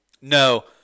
No